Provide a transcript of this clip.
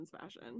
fashion